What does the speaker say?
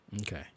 Okay